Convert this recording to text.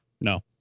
No